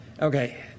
Okay